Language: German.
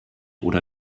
oder